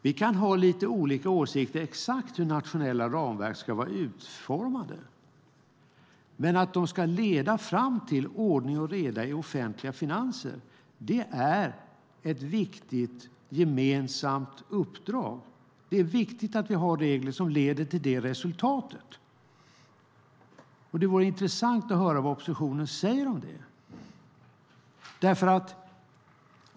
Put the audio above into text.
Vi kan ha lite olika åsikter när det gäller exakt hur nationella ramverk ska vara utformade, men att de ska leda fram till ordning och reda i offentliga finanser är ett viktigt gemensamt uppdrag. Det är viktigt att vi har regler som leder till det resultatet. Det vore intressant att höra vad oppositionen säger om det.